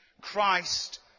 Christ